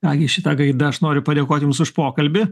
nagi šita gaida aš noriu padėkoti jums už pokalbį